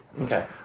Okay